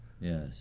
yes